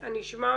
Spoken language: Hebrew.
אני אשמע אותך,